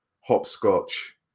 hopscotch